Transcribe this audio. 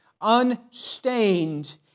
unstained